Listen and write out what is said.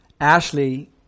Ashley